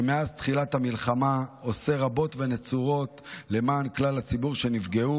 שמאז תחילת המלחמה עושה רבות ונצורות למען כלל הציבור שנפגע,